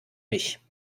mich